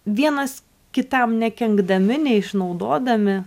vienas kitam nekenkdami neišnaudodami